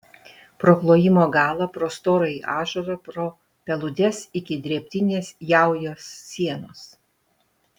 pro klojimo galą pro storąjį ąžuolą pro peludes iki drėbtinės jaujos sienos